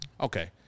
Okay